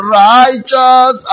righteous